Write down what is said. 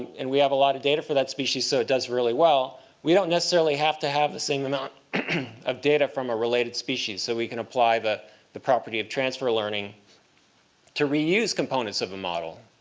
and we have a lot of data for that species so it does really well, we don't necessarily have to have the same amount of data from a related species. so we can apply that the property transfer learning to reuse components of a model.